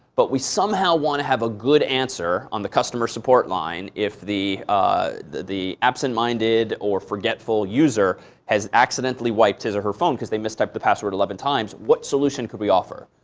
but we somehow want to have a good answer on the customer support line if the the absent minded or forgetful user has accidentally wiped his or her phone because they mistyped the password eleven times, what solution could we offer?